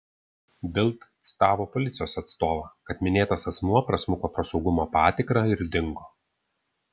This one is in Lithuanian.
bild citavo policijos atstovą kad minėtas asmuo prasmuko pro saugumo patikrą ir dingo